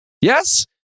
Yes